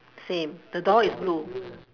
same the door is blue